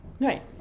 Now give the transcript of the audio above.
Right